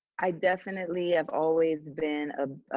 i definitely have always been a